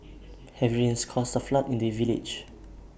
heavy rains caused A flood in the village